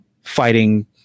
fighting